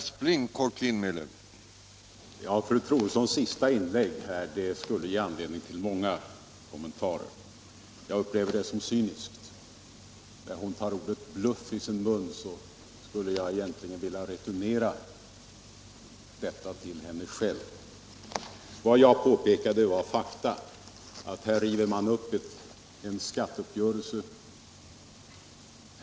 Herr talman! Fru Troedssons senaste inlägg skulle kunna ge anledning till många kommentarer. Jag upplever det som cyniskt. När hon tar ordet bluff i sin mun, skulle jag vilja returnera det till henne själv. Vad jag påpekade var fakta. Här river man upp en skatteuppgörelse.